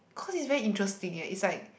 cause is very interesting eh is like